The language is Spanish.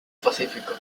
pacífico